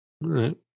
right